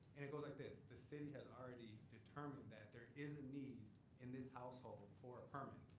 and it goes like this. the city has already determined that there is a need in this household for a permit.